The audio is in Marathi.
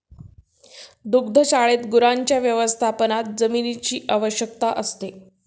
दुग्धशाळेत गुरांच्या व्यवस्थापनात जमिनीची आवश्यकता असते